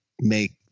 make